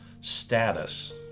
status